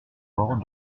port